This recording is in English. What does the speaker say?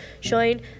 showing